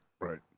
Right